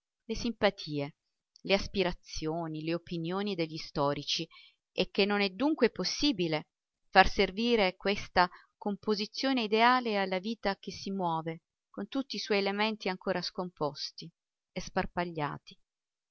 le simpatie le aspirazioni le opinioni degli storici e che non è dunque possibile far servire questa composizione ideale alla vita che si muove con tutti i suoi elementi ancora scomposti e sparpagliati